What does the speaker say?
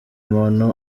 umuntu